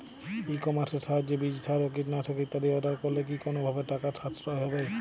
ই কমার্সের সাহায্যে বীজ সার ও কীটনাশক ইত্যাদি অর্ডার করলে কি কোনোভাবে টাকার সাশ্রয় হবে?